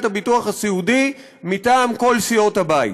הביטוח הסיעודי מטעם כל סיעות הבית: